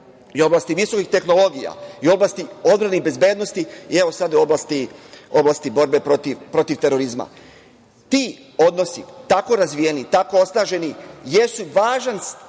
u oblasti visokih tehnologija, u oblasti odbrane i bezbednosti i evo sada i u oblasti borbe protiv terorizma. Ti odnosi, tako razvijeni, tako osnaženi jesu važan temelj